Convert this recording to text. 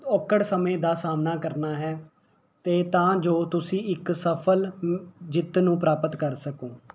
ਔਕੜ ਸਮੇਂ ਦਾ ਸਾਹਮਣਾ ਕਰਨਾ ਹੈ ਅਤੇ ਤਾਂ ਜੋ ਤੁਸੀਂ ਇੱਕ ਸਫਲ ਜਿੱਤ ਨੂੰ ਪ੍ਰਾਪਤ ਕਰ ਸਕੋ